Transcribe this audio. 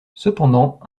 cependant